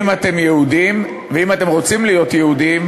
אם אתם רוצים להיות יהודים,